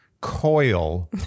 coil